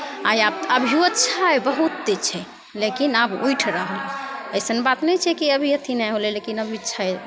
आ आब अभिओ छै बहुत छै लेकिन आब उठि रहल अइसन बात नहि छै कि अभी अथी नहि होलै लेकिन अभी छै